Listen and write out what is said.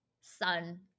sun